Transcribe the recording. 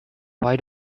why